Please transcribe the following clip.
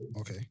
Okay